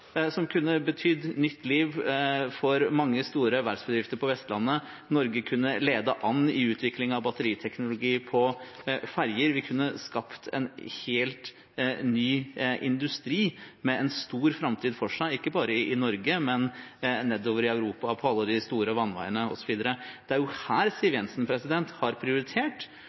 som kunne betydd nytt liv for mange store verftsbedrifter på Vestlandet. Norge kunne ledet an i utviklingen av batteriteknologi på ferger. Vi kunne skapt en helt ny industri med en stor framtid foran seg – ikke bare i Norge, men nedover i Europa, på alle de store vannveiene osv. Her har Siv Jensen